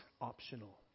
optional